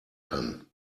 kann